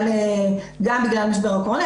גם בגלל משבר הקורונה,